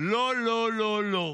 לא, לא, לא,